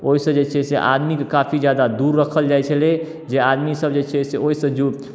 ओहिसँ जे छै आदमीके काफी ज्यादा दूर रखल जै छलै जे आदमीसब जे छै से ओहिसँ